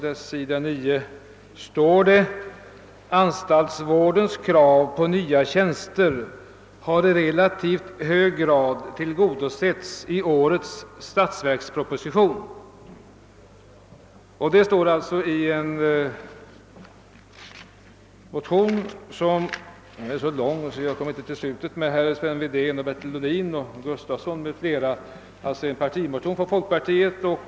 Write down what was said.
Där står på sidan 9: »Anstaltsvårdens krav på nya tjänster har i relativt hög grad tillgodosetts i årets statsverksproposition.» Detta står alltså i en motion undertecknad av herrar Sven Wedén, Bertil Ohlin och Henning Gustafsson m.fl. Det är alltså en partimotion från folkpartiet.